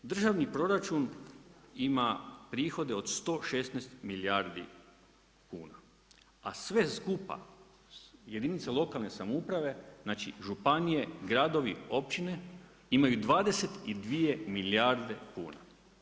Državni proračun ima prihode od 116 milijardi kuna a sve skupa, jedinice lokalne samouprave, znači županije, gradovi, općine imaju 22 milijarde kuna.